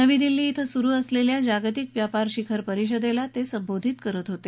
नवी दिल्ली धिं सुरु असलेल्या जागतिक व्यापार शिखर परिषदेला जेटली संबोधित करत होते